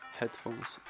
headphones